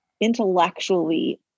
intellectually